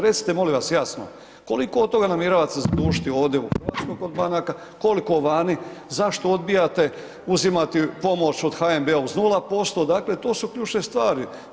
Recite molim vas jasno, koliko od toga namjeravate zadužiti ovdje u Hrvatskoj kod banaka, koliko vani, zašto odbijate uzimati pomoć od HNB-a uz 0%, dakle to su ključne stvari.